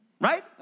right